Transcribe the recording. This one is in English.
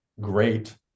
great